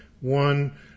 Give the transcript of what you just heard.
One